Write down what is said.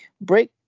break